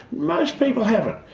most people haven't.